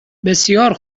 بسیار